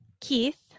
Keith